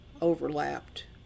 overlapped